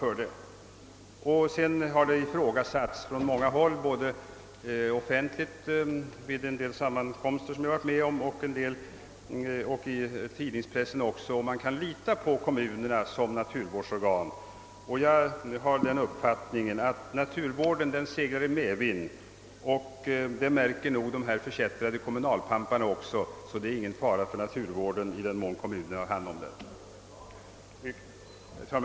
På många håll har det ifrågasatts, både offentligt vid vissa sammankomster som jag deltagit i och i tidningspressen, om man kan lita på kommunerna som naturvårdsorgan. Jag har den uppfattningen att naturvården seglar i medvind, och det märker nog också dessa förkättrade kommunalpampar, så det är ingen fara för naturvården i den mån kommunerna har hand om den. Herr talman!